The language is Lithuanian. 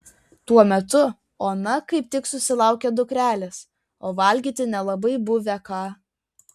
tuo metu ona kaip tik susilaukė dukrelės o valgyti nelabai buvę ką